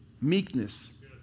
meekness